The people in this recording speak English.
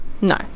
No